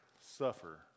suffer